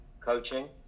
coaching